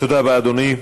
תודה רבה, אדוני.